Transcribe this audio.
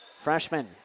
Freshman